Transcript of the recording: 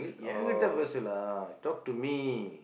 எங்கிட்ட பேசு:engkitda peesu lah talk to me